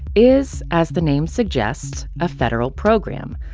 is, as the name suggests, a federal program.